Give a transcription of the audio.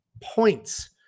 points